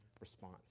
response